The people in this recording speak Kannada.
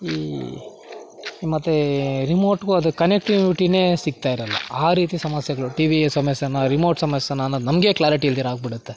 ಈ ಮತ್ತೆ ರಿಮೋಟ್ಗೂ ಅದು ಕನೆಕ್ಟಿವಿಟಿನೇ ಸಿಗ್ತಾ ಇರಲ್ಲ ಆ ರೀತಿ ಸಮಸ್ಯೆಗಳು ಟಿ ವಿಯ ಸಮಸ್ಯೆನಾ ರಿಮೋಟ್ ಸಮಸ್ಯೆನಾ ಅನ್ನೋದು ನಮಗೆ ಕ್ಲ್ಯಾರಿಟಿ ಇಲ್ದಿರ ಆಗಿಬಿಡತ್ತೆ